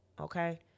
Okay